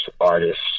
artists